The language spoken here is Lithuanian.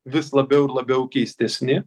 vis labiau ir labiau keistesni